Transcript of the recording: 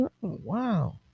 Wow